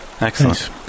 Excellent